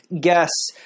guess